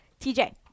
TJ